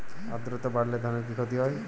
আদ্রর্তা বাড়লে ধানের কি ক্ষতি হয়?